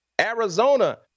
Arizona